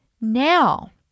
Now